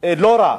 לא רע.